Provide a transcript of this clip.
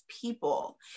people